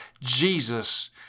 Jesus